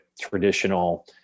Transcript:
traditional